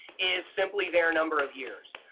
is simply their number of years.